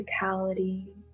physicality